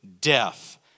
death